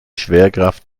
schwerkraft